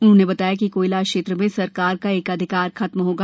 उन्होंने बताया कि कोयला क्षेत्र में सरकार का एकाधिकार खत्म होगा